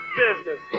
business